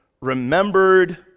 remembered